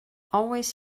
always